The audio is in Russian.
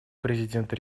президента